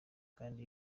kandi